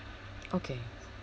okay